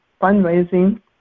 fundraising